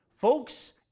folks